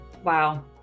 Wow